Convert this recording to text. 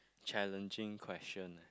challenging question leh